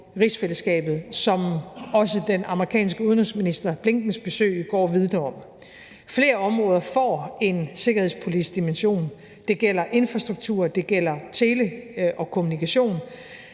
rigsfællesskabet, hvilket også den amerikanske udenrigsministers, Blinkens, besøg i går vidner om. Flere områder får en sikkerhedspolitisk dimension. Det gælder infrastruktur, det gælder tele og kommunikation.